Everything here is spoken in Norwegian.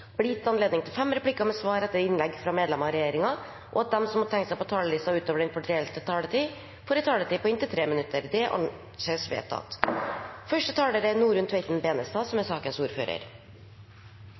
blir gitt anledning til fem replikker med svar etter innlegg fra medlemmer av regjeringen, og at de som måtte tegne seg på talerlisten utover den fordelte taletid, får en taletid på inntil 3 minutter. – Det anses vedtatt. Venstre har fremmet fem representantforslag som